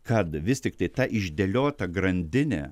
kad vis tiktai ta išdėliota grandinė